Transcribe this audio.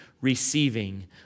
receiving